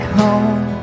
home